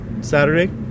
saturday